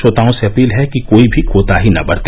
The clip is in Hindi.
श्रोताओं से अपील है कि कोई भी कोताही न बरते